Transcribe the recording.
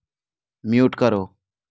mute करो